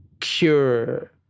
cure